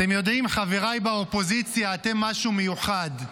אתם יודעים, חבריי באופוזיציה, אתם משהו מיוחד.